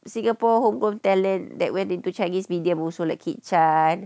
singapore hong-kong talent that went into chinese medium also like kit chan